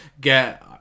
get